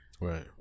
Right